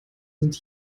sind